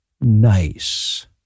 nice